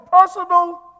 personal